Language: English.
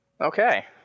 Okay